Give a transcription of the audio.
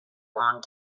long